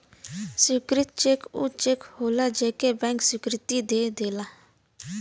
स्वीकृत चेक ऊ चेक होलाजे के बैंक स्वीकृति दे देला